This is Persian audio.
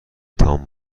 تان